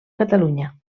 catalunya